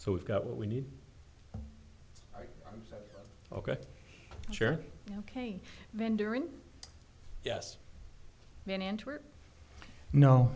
so we've got what we need ok sure ok then during yes no